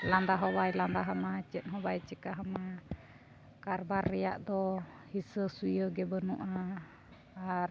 ᱞᱟᱸᱫᱟ ᱦᱚᱸ ᱵᱟᱭ ᱞᱟᱸᱫᱟ ᱟᱢᱟ ᱪᱮᱫ ᱦᱚᱸ ᱵᱟᱭ ᱪᱤᱠᱟᱹ ᱟᱢᱟ ᱠᱟᱨᱵᱟᱨ ᱨᱮᱭᱟᱜ ᱫᱚ ᱦᱤᱥᱟᱹ ᱥᱩᱭᱟᱹ ᱜᱮ ᱵᱟᱹᱱᱩᱜᱼᱟ ᱟᱨ